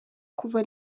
kuva